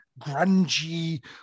grungy